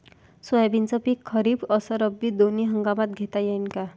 सोयाबीनचं पिक खरीप अस रब्बी दोनी हंगामात घेता येईन का?